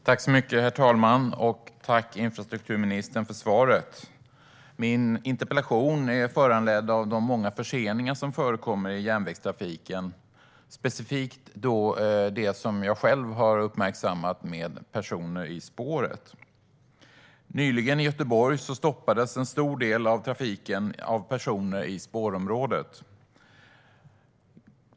Herr talman! Jag tackar infrastrukturministern för svaret. Min interpellation är föranledd av de många förseningar som förekommer i järnvägstrafiken, specifikt dem som jag själv har uppmärksammat med personer i spåret. I Göteborg stoppades nyligen en stor del av trafiken av personer som befann sig i spårområdet.